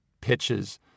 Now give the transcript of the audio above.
pitches